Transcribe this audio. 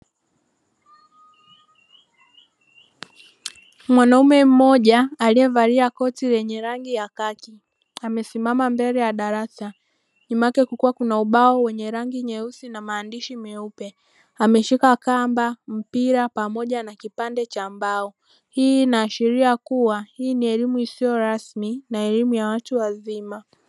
Mwanaume mmoja aliyevalia koti lenye rangi ya kati amesimama mbele ya darasa nyuma yake kulikuwa kuna ubao wenye rangi nyeusi na maandishi meupe ameshika kamba, mpira pamoja na kipande cha mbao, hii inaashiria kuwa hii ni elimu isiyo rasmi na elimu ya watu wazima.